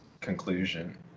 conclusion